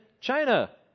China